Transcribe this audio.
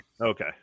Okay